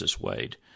Wade